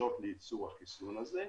שדרושות לייצור החיסון הזה.